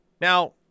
Now